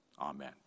Amen